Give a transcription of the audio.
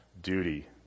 duty